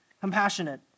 compassionate